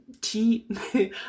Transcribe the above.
tea